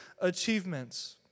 achievements